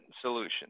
solution